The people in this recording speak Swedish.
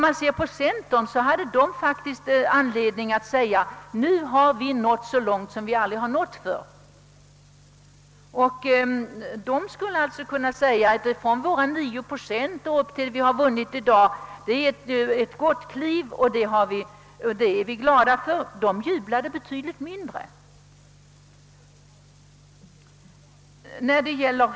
Centerpartiet hade däremot haft anledning att säga att de nått längre än någonsin tidigare. De har ju tagit ett stort kliv framåt då de ökat sin andel av rösterna från 9 procent till dagens siffror. Men de jublade betydligt mindre.